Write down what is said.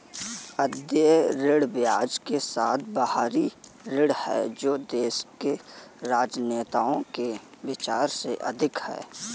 अदेय ऋण ब्याज के साथ बाहरी ऋण है जो देश के राजनेताओं के विचार से अधिक है